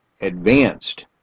advanced